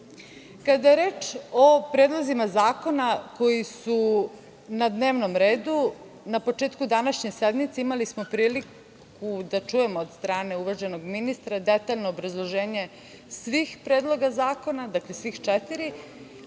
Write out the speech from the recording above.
je reč o predlozima zakona koji su na dnevnom redu na početku današnje sednice imali smo priliku da čujemo od strane uvaženog ministra detaljno obrazloženje svih predloga zakona, dakle, sva četiri. Ono